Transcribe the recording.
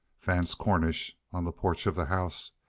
vance cornish, on the porch of the house,